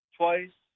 twice